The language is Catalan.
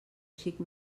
xic